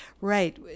right